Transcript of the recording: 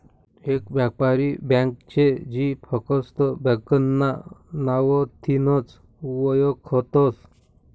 येक यापारी ब्यांक शे जी फकस्त ब्यांकना नावथीनच वयखतस